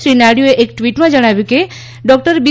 શ્રી નાયડુએ એક ટવીટમાં જણાવ્યું કે ડોકટર બી